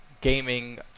gaming